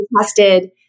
tested